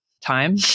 time